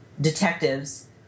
detectives